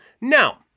now